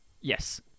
Yes